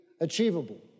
achievable